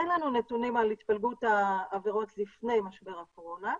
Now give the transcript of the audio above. אין לנו נתונים על התפלגות העבירות לפני משבר הקורונה,